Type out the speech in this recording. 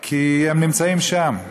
כי הם נמצאים שם,